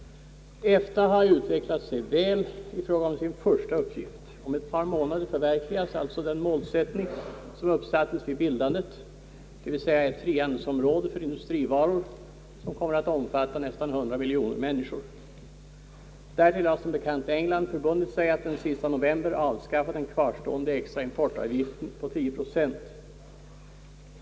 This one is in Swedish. EFTA har utvecklats väl i fråga om sin första uppgift. Om ett par månader förverkligas alltså den målsättning som uppsatts vid bildandet, d. v. s. ett frihandelsområde för industrivaror som kommer att omfatta nästan 100 miljoner människor. England har som bekant förbundit sig att den sista november avskaffa den kvarstående extra importavgiften på 10 procent.